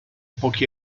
pochi